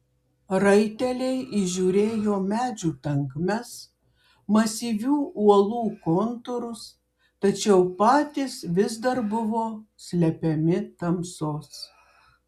raiteliai įžiūrėjo medžių tankmes masyvių uolų kontūrus tačiau patys vis dar buvo slepiami tamsos